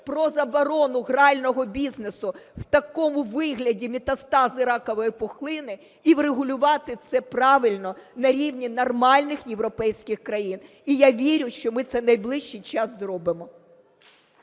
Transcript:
про заборону грального бізнесу в такому вигляді, метастази ракової пухлини, і врегулювати це правильно на рівні нормальних європейських країн. І я вірю, що ми це в найближчий час зробимо.